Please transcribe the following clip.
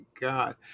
God